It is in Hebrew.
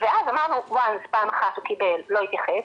ואז אמרנו שאם פעם אחת הוא קיבל ולא התייחס,